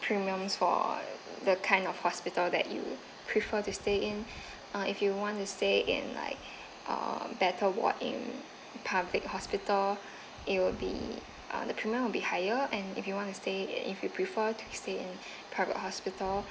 premiums for the kind of hospital that you prefer to stay in uh if you want to stay in like uh better ward in public hospital it would be uh the premium will be higher and if you want stay if you prefer to stay in private hospital